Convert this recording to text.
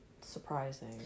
surprising